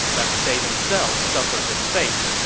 lest they themselves suffer his fate.